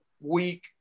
week